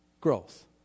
growth